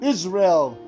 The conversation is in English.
Israel